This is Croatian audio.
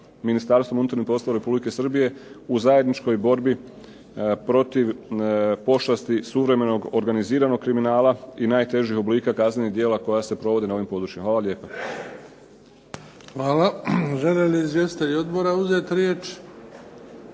Ministarstvom unutarnjih poslova Republike Srbije, u zajedničkoj borbi protiv pošasti suvremenog organiziranog kriminala, i najtežeg oblika kaznenih djela koja se provode na ovim područjima. Hvala lijepa. **Bebić, Luka (HDZ)** Hvala. Žele li izvjestitelji odbora uzeti riječ?